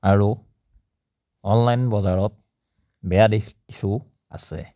আৰু অনলাইন বজাৰত বেয়া দিশ কিছু আছে